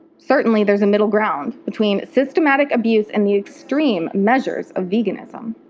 certainly there's a middle ground between systematic abuse and the extreme measures of veganism?